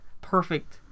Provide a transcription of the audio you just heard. perfect